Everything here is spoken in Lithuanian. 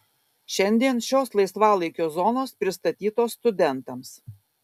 šiandien šios laisvalaikio zonos pristatytos studentams